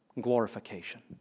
glorification